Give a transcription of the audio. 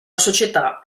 società